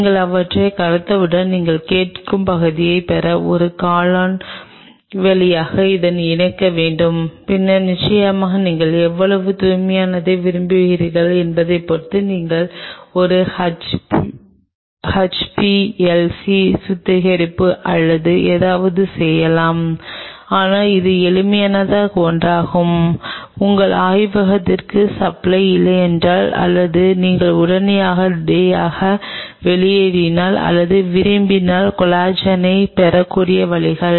நீங்கள் அவற்றைக் கரைத்தவுடன் நீங்கள் கேட்கும் பகுதியைப் பெற ஒரு காலம் வழியாக அதை இயக்க வேண்டும் பின்னர் நிச்சயமாக நீங்கள் எவ்வளவு தூய்மையானதை விரும்புகிறீர்கள் என்பதைப் பொறுத்து நீங்கள் ஒரு HPLC சுத்திகரிப்பு அல்லது ஏதாவது செய்யலாம் ஆனால் இது எளிமையான ஒன்றாகும் உங்கள் ஆய்வகத்திற்கு சப்ளை இல்லையென்றால் அல்லது நீங்கள் உடனடியாக வெளியேறினால் அல்லது விரும்பினால் கொலாஜனைப் பெறக்கூடிய வழிகள்